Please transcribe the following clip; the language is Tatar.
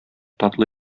татлы